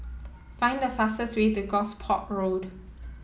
find the fastest way to Gosport Road